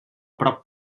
prop